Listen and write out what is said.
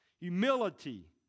Humility